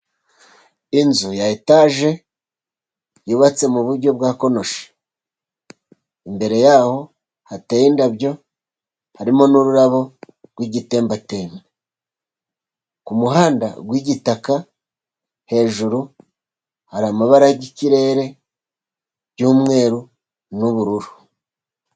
Inzu ya etaje yubatse mu buryo bwa konoshi, imbere y'aho hateye indabo harimo n'ururabo rw'igitembateme. Ku muhanda w'igitaka hejuru hari amabara y'ikirere y'umweru n'ubururu.